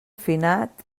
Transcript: finat